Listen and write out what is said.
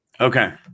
Okay